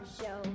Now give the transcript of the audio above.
show